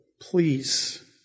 please